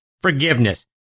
forgiveness